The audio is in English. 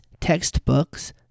textbooks